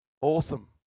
Awesome